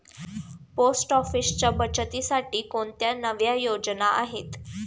Post ऑफिसच्या बचतीसाठी कोणत्या नव्या योजना आहेत?